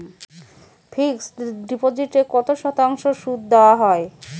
Fixed ডিপোজিটে কত শতাংশ সুদ দেওয়া হয়?